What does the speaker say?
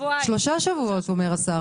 שלושה שבועות אומר השר.